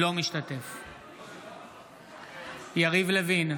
אינו משתתף בהצבעה יריב לוין,